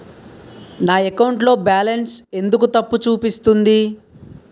నా అకౌంట్ లో బాలన్స్ ఎందుకు తప్పు చూపిస్తుంది?